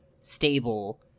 stable